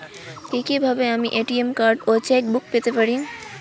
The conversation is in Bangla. কি কিভাবে আমি এ.টি.এম কার্ড ও চেক বুক পেতে পারি?